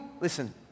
listen